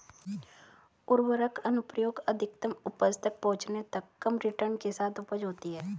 उर्वरक अनुप्रयोग अधिकतम उपज तक पहुंचने तक कम रिटर्न के साथ उपज होती है